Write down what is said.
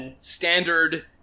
standard